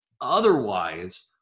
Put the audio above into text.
Otherwise